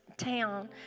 town